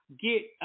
get